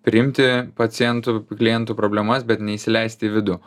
priimti pacientų klientų problemas bet neįsileisti į vidų